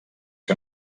que